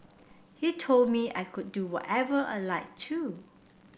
he told me I could do whatever I like too